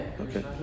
Okay